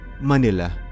Manila